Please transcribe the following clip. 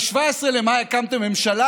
ב-17 במאי הקמתם ממשלה,